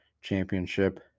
Championship